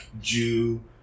Jew